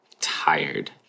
tired